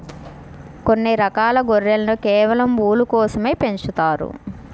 కొన్ని రకాల గొర్రెలను కేవలం ఊలు కోసమే పెంచుతారు